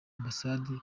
ambasadazi